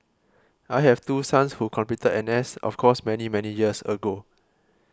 I have two sons who completed N S of course many many years ago